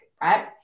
right